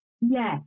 Yes